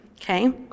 okay